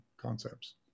concepts